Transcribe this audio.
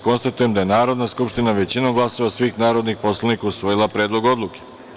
Konstatujem da je Narodna skupština većinom glasova svih narodnih poslanika usvojila Predlog odluke.